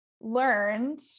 learned